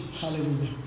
Hallelujah